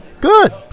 Good